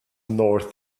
north